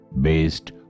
based